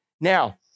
Now